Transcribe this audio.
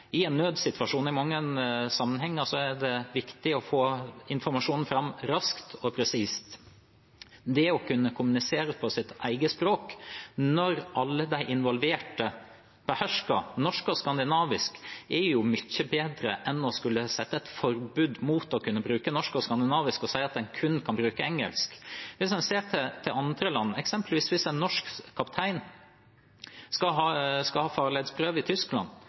i en nødssituasjon. I mange sammenhenger er det viktig å få informasjonen fram raskt og presist. Det å kunne kommunisere på sitt eget språk når alle de involverte behersker norsk og skandinavisk, er jo mye bedre enn å skulle sette et forbud mot å kunne bruke norsk og skandinavisk og si at en kun kan bruke engelsk. Hvis en ser til andre land, må eksempelvis en norsk kaptein som skal ha farledsprøve i Tyskland,